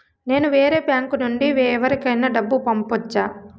నేను వేరే బ్యాంకు నుండి ఎవరికైనా డబ్బు పంపొచ్చా?